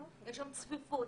יש שם צפיפות,